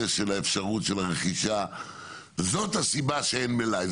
של האפשרות של הרכישה זאת הסיבה שאין מלאי,